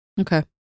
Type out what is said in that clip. Okay